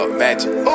magic